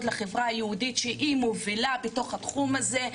לחברה היהודית שהיא מובילה בתוך התחום הזה,